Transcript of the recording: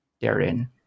therein